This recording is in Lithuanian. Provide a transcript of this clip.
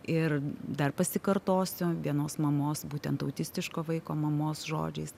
ir dar pasikartosiu vienos mamos būtent autistiško vaiko mamos žodžiais